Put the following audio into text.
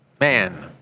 man